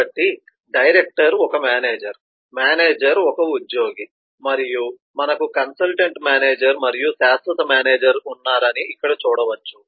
కాబట్టి డైరెక్టర్ ఒక manager manager ఒక ఉద్యోగి మరియు మనకు కన్సల్టెంట్ మేనేజర్ మరియు శాశ్వత మేనేజర్ ఉన్నారని ఇక్కడ చూడవచ్చు